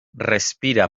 respira